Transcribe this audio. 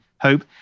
hope